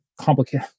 complicated